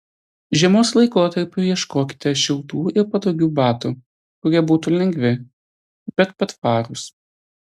žiemos laikotarpiui ieškokite šiltų ir patogių batų kurie būtų lengvi bet patvarūs